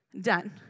done